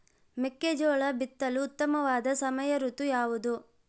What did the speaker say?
ಮೆಕ್ಕೆಜೋಳ ಬಿತ್ತಲು ಉತ್ತಮವಾದ ಸಮಯ ಋತು ಯಾವುದು?